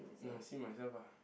no I see myself ah